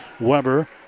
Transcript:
Weber